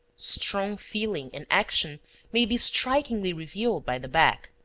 strong feeling and action may be strikingly revealed by the back.